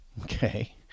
Okay